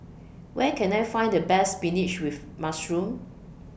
Where Can I Find The Best Spinach with Mushroom